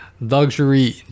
luxury